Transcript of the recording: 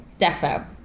defo